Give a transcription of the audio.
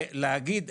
ולהגיד,